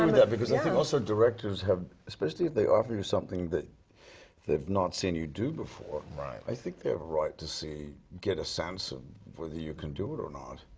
um that. because i think also directors have, especially if they offer you something that they've not seen you do before. right. i think they have a right to see, get a sense of whether you can do it or not.